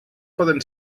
poden